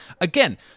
again